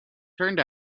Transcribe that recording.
turned